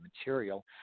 material